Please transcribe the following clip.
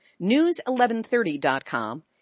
News1130.com